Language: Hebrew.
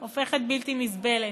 הופכת בלתי נסבלת.